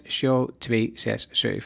show267